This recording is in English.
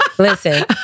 Listen